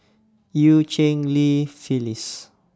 EU Cheng Li Phyllis